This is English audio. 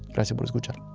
gracias por escuchar